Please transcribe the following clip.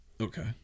Okay